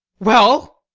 well?